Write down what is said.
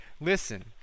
listen